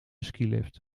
skilift